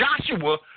Joshua